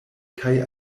kaj